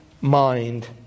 mind